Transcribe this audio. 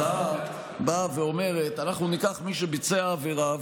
ההצעה באה ואומרת: אנחנו ניקח את מי שביצע עבירה,